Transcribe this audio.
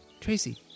Tracy